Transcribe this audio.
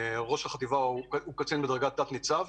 ראש החטיבה הוא קצין בדרגת תת-ניצב.